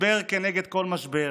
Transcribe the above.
הסבר כנגד כל משבר,